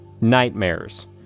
nightmares